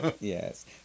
Yes